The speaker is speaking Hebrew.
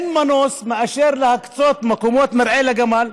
שאין מנוס מלהקצות מקומות מרעה לגמל.